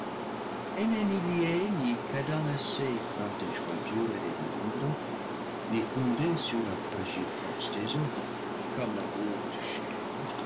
ni liée ni cadenassée par des jointures et des membres ni fondée sur la fragile force des os comme la lourde chair